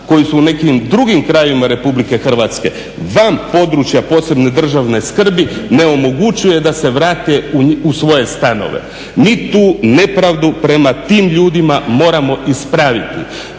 koji su u nekim drugim krajevima Republike Hrvatske van područja posebne državne skrbi ne omogućuje da se vrate u svoje stanove. Mi tu nepravdu prema tim ljudima moramo ispraviti.